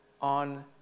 on